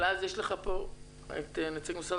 אבל אז יש לך פה את הנציג של המשרד